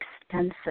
extensive